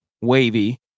wavy